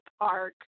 park